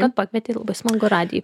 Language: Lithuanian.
kad pakvietei labai smagu radijuj